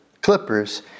clippers